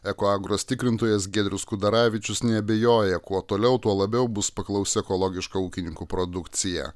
eko agros tikrintojas giedrius kudaravičius neabejoja kuo toliau tuo labiau bus paklausi ekologiška ūkininkų produkcija